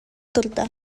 турда